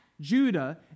Judah